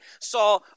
saw